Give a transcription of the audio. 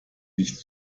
nichts